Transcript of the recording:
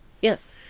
Yes